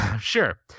Sure